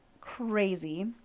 crazy